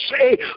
say